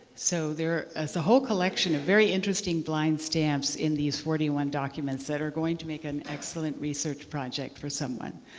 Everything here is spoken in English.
so it's a whole collection of very interesting blind stamps in these forty one documents that are going to make an excellent research project for someone.